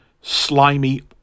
Slimy